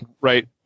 right